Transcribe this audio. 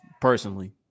personally